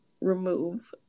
remove